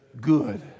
good